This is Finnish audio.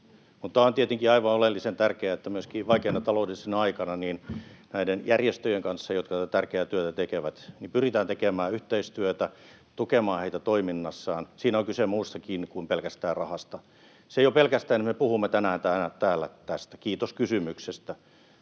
mutta on tietenkin aivan oleellisen tärkeää, että myöskin vaikeana taloudellisena aikana näiden järjestöjen kanssa, jotka tätä tärkeää työtä tekevät, pyritään tekemään yhteistyötä ja tukemaan heitä toiminnassaan. Siinä on kyse muustakin kuin pelkästään rahasta. Jo se pelkästään, että me puhumme tänään täällä tästä — kiitos kysymyksestä